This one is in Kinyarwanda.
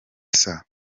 saa